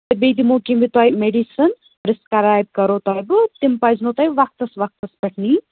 بیٚیہِ دِمو کیٚنٛہہ بہٕ تۄہہِ میڈِسَن پرٛیٚسکرٛایِب کرو تۄہہِ بہٕ تِم پَزنو تۄہہِ وقتس وقتس پیٚٹھ نِنۍ